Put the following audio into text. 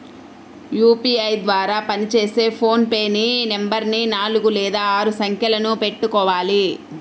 UPI ద్వారా పనిచేసే PhonePe pin నెంబరుని నాలుగు లేదా ఆరు సంఖ్యలను పెట్టుకోవాలి